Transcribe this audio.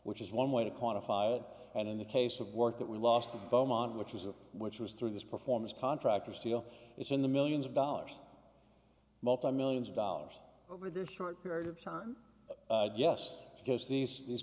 which is one way to quantify it and in the case of work that we lost in beaumont which is a which was through this performance contractors deal it's in the millions of dollars multimillions of dollars over the short period of time just because these these